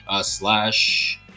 slash